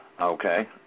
okay